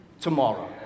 tomorrow